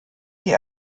sie